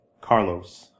Carlos